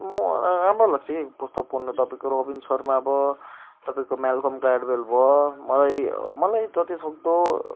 म राम्रो लाग्छ के पुस्तक पढ्नु तपाईँको रबिन शर्मा भयो तपाईँको मेलकम ग्ल्याडवेल भयो मलाई मलाई जतिसक्दो